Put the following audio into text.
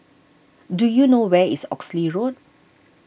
do you know where is Oxley Road